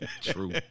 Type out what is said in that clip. True